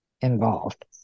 involved